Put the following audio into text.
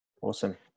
Awesome